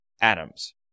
atoms